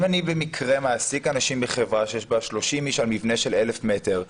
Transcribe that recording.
אם אני במקרה מעסיק אנשים בחברה שיש בה 30 איש על מבנה של 1000 מטר,